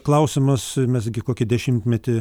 klausimas mes gi kokį dešimmetį